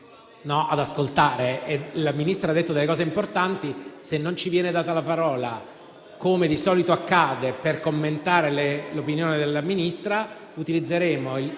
lì ad ascoltare. Peraltro, la Ministra ha detto delle cose importanti e, se non ci viene data la parola, come di solito accade, per commentare l'opinione della Ministra, utilizzeremo i